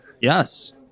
Yes